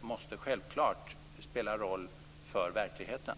måste självklart spela en roll för verkligheten.